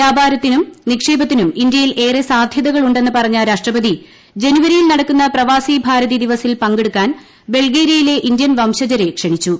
വ്യാപാരത്തിനും നിക്ഷേപത്തിനും ഇന്ത്യയിൽ ഏറെ സാധ്യതകൾ ഉണ്ടെന്ന് പറഞ്ഞ രാഷ്ട്രപതി ജനുവരിയിൽ നടക്കുന്ന പ്രവാസി ഭാരതി ദിവസിൽ പങ്കെടുക്കാൻ ബൾഗേരിയയിലെ ഇന്ത്യൻ വംശജരെ ക്ഷണിച്ചു